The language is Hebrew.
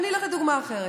אני אתן דוגמה אחרת.